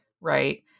right